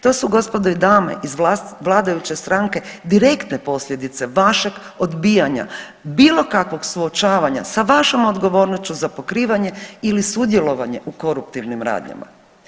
To su gospodo i dame iz vladajuće stranke direktne posljedice vašeg odbijanja bilo kakvog suočavanja sa vašom odgovornošću za pokrivanje ili sudjelovanje u koruptivnim radnjama.